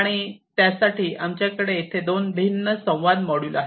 आणि त्यासाठी आमच्याकडे येथे दोन भिन्न संवाद मॉड्यूल आहेत